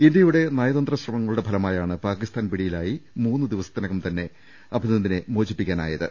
ഇന്ത്യയുടെ നയതന്ത്ര ശ്രമങ്ങളുടെ ഫ്ലമായാണ് പാകിസ്ഥാൻ പിടിയിലായി മൂന്ന് ദിവസത്തിനകം തന്നെ അഭിനന്ദിനെ മോചിപ്പി ക്കാനായത്